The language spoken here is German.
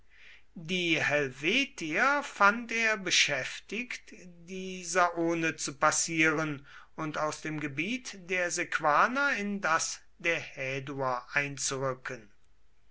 die helvetier fand er beschäftigt die sane zu passieren und aus dem gebiet der sequaner in das der häduer einzurücken